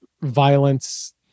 violence